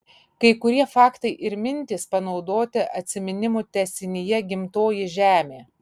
kai kurie faktai ir mintys panaudoti atsiminimų tęsinyje gimtoji žemė